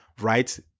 right